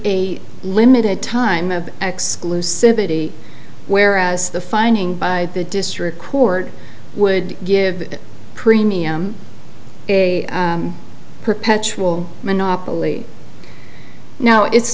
a limited time of exclusivity whereas the finding by the district court would give the premium a perpetual monopoly now it's